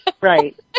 Right